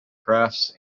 crafts